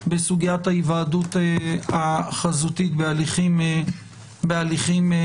בסוגיית ההיוועדות החזותית בהליכים פליליים.